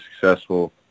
successful